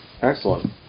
Excellent